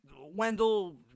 Wendell